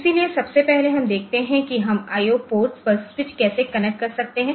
इसलिए सबसे पहले हम देखते हैं कि हम IO पोर्ट पर स्विच कैसे कनेक्ट कर सकते हैं